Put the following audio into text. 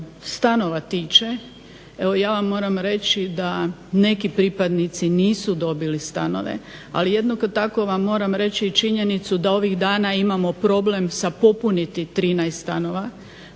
stanova tiče evo ja vam moram reći da neki pripadnici nisu dobili stanove, ali jednako tako vam moram reći i činjenicu da ovih dana imamo problem sa popuniti 13 stanova